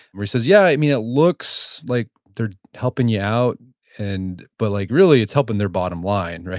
he says, yeah, i mean it looks like they're helping you out, and but like really, it's helping their bottom line, right,